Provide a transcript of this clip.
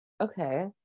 okay